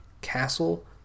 Castle